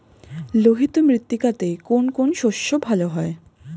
লোহিত মৃত্তিকাতে কোন কোন শস্য ভালো হয়?